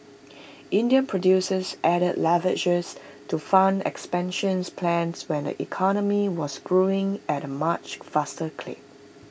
Indian producers added leverages to fund expansion's plans when the economy was growing at A much faster clip